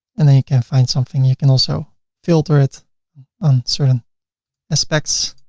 and then you can find something. you can also filter it on certain aspects